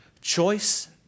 Choice